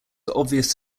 obvious